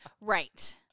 Right